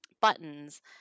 buttons